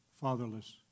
fatherless